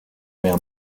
mer